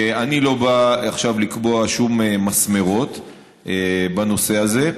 אני לא בא עכשיו לקבוע שום מסמרות בנושא הזה,